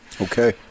Okay